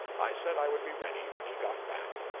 i said i would be ready when he got back.